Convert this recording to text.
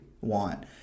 want